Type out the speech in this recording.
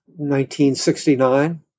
1969